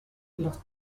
los